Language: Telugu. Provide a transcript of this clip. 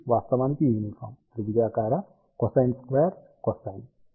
ఇది వాస్తవానికి యూనిఫామ్ త్రిభుజాకార కొసైన్ స్క్వేర్డ్ కొసైన్